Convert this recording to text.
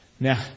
Now